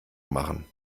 machen